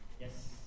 Yes